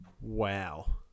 Wow